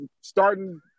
starting